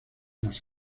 las